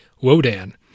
Wodan